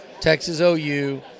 Texas-OU